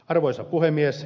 arvoisa puhemies